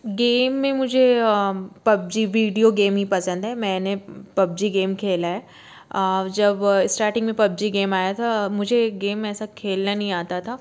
game में मुझे PUBG video game ही पसंद है मैंने पब्जी गेम खेला है जब स्टार्टिंग में पब्जी गेम आया था मुझे यह गेम ऐसा खेलना नहीं आता था